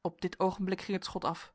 op dit oogenblik ging het schot af